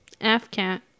FCAT